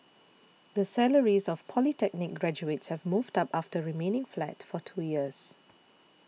the salaries of polytechnic graduates have moved up after remaining flat for two years